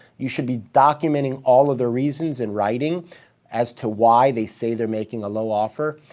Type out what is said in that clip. you should be documenting all of their reasons in writing as to why they say they're making a low offer.